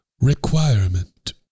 requirement